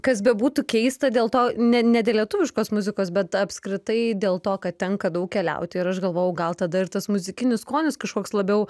kas bebūtų keista dėl to ne ne dėl lietuviškos muzikos bet apskritai dėl to kad tenka daug keliauti ir aš galvojau gal tada ir tas muzikinis skonis kažkoks labiau